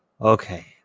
Okay